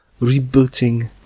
rebooting